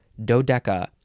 Dodeca